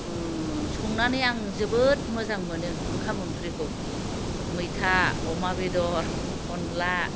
संनानै आं जोबोद मोजां मोनो ओंखाम ओंख्रिखौ मैथा अमा बेदर अनद्ला